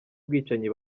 ubwicanyi